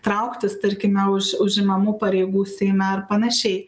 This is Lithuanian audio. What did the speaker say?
trauktis tarkime už užimamų pareigų seime ar panašiai